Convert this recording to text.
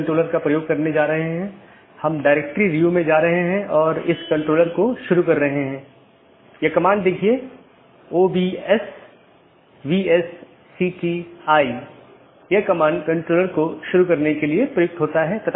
update message का उपयोग व्यवहार्य राउटरों को विज्ञापित करने या अव्यवहार्य राउटरों को वापस लेने के लिए किया जाता है